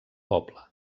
poble